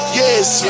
yes